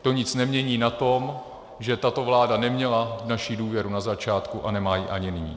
To nic nemění na tom, že tato vláda neměla naši důvěru na začátku a nemá ji ani nyní.